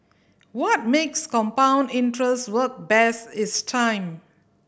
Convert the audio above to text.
what makes compound interest work best is time